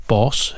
boss